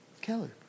Kelly